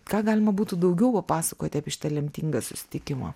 ką galima būtų daugiau papasakoti apie šitą lemtingą susitikimą